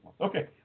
Okay